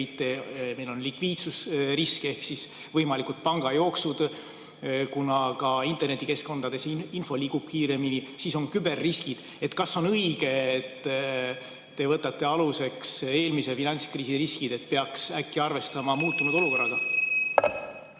meil on likviidsusrisk ehk siis võimalikud pangajooksud. Kuna internetikeskkondades info liigub kiiremini, siis on küberriskid. Kas on õige, et te võtate aluseks eelmise finantskriisi riskid? Äkki peaks arvestama muutunud olukorraga?